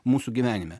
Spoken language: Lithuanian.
mūsų gyvenime